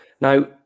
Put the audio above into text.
Now